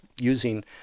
using